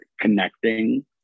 connecting